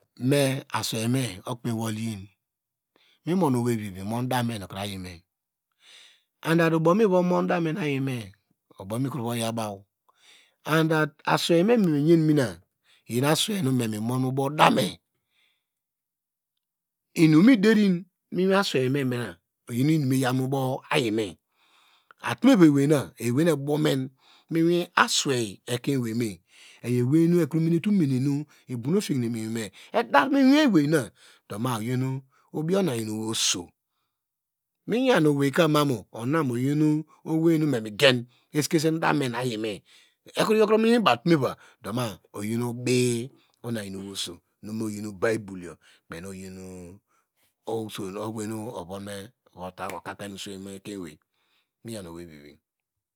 Me aswei me okome wol yin mimon oweivivi mo mon dume no ayime nud that ọbọ miva mum dame na yima oyo obow mikeiva yor buw and thut iyi aswei nu me mon mo dame, lnum mederi me wei aswei me me na oyi inum no me me yomu bow ayime atume va wweina eyo ewi nu ebonu mu ewi aswei me eyo ewei nu ekro menete omene ofihne mo usine eder mo hoin eyenu dọ ma oyin obi obayane ewei oso me yan oweika ma mu ohar oyi owei nu me ini gen esikesen dame no ayime ekroyokrom iwin baw atumeva dọ ma oyi obi unam yam oso no oyi bible yo no okakume aswei miyan oweivivi.